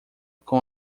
com